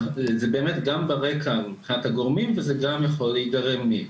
זה באמת גם ברקע מבחינת הגורמים וזה גם יכול להיגרם מ-.